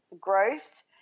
growth